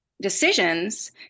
decisions